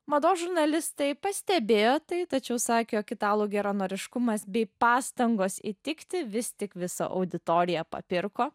mados žurnalistai pastebėjo tai tačiau sakė jog italų geranoriškumas bei pastangos įtikti vis tik visą auditoriją papirko